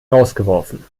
rausgeworfen